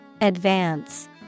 advance